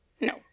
no